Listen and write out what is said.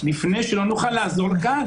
לפני שלא נוכל לעזור כאן.